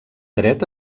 dret